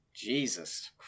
Jesus